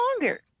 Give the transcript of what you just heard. longer